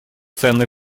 ценный